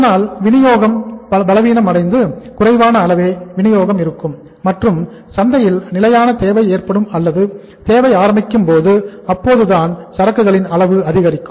இதனால் வினியோகம் பலவீனமடைந்து குறைவான அளவே வினியோகம் இருக்கும் மற்றும் சந்தையில் நிலையான தேவை ஏற்படும் அல்லது தேவை ஆரம்பிக்கும் அப்போதுதான் சரக்குகளின் அளவு அதிகரிக்கும்